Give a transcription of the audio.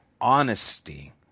honesty